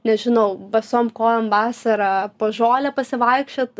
nežinau basom kojom vasarą po žolę pasivaikščiot